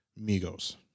Migos